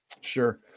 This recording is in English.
sure